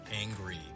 angry